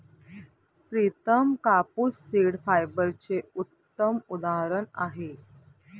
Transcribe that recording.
प्रितम कापूस सीड फायबरचे उत्तम उदाहरण आहे